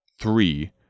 three